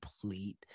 complete